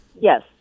Yes